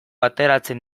ateratzen